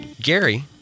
Gary